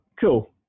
Cool